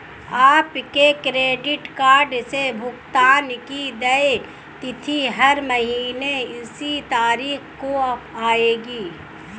आपके credit card से भुगतान की देय तिथि हर महीने उसी तारीख को आएगी